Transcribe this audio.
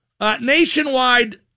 Nationwide